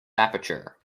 aperture